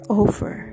over